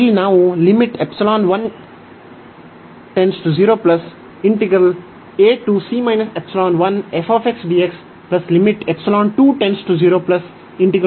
ಇಲ್ಲಿ ನಾವು